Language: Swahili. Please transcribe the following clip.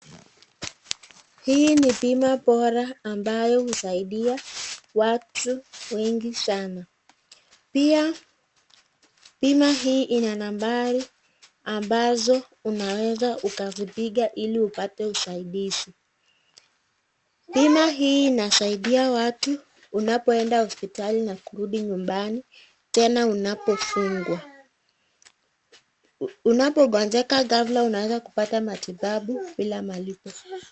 Hii ni bima bora ambayo husaidia watu wengi sana .Pia bima hii ina nambari ambazo unaweza piga ili upate usaidizi. Bima hii inasaidia watu unapoenda hospitali na kurudi nyumbani tena unapofungwa. Unapogonjeka ghafla unaweza kupata matibabu bila malipo.